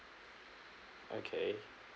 okay